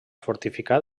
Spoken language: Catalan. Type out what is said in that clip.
fortificat